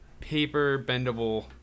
paper-bendable